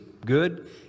good